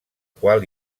qual